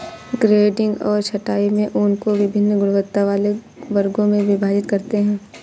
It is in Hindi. ग्रेडिंग और छँटाई में ऊन को वभिन्न गुणवत्ता वाले वर्गों में विभाजित करते हैं